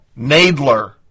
Nadler